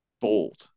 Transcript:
bold